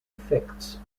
effect